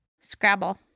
Scrabble